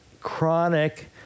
chronic